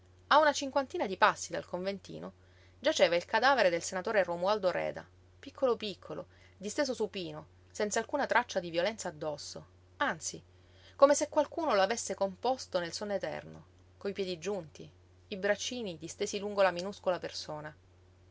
a una cinquantina di passi dal conventino giaceva il cadavere del senatore romualdo reda piccolo piccolo disteso supino senz'alcuna traccia di violenza addosso anzi come se qualcuno l'avesse composto nel sonno eterno coi piedi giunti i braccini distesi lungo la minuscola persona